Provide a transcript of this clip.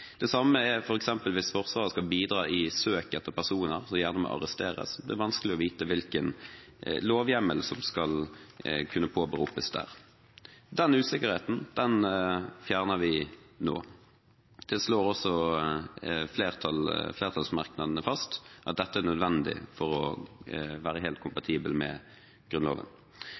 Det samme gjelder f.eks. hvis Forsvaret skal bidra i søk etter personer, som gjerne må arresteres. Det er vanskelig å vite hvilken lovhjemmel som skal kunne påberopes der. Den usikkerheten fjerner vi nå. Flertallsmerknadene slår også fast at dette er nødvendig for å være helt